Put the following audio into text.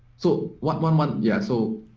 so what one month yeah, so